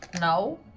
No